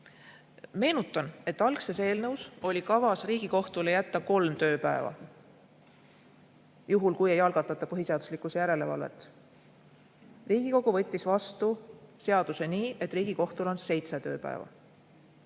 Meenutan, et algses eelnõus oli kavas Riigikohtule jätta kolm tööpäeva, juhul kui ei algatata põhiseaduslikkuse järelevalvet. Riigikogu võttis vastu seaduse nii, et Riigikohtul on aega seitse tööpäeva.